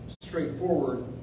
straightforward